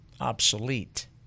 obsolete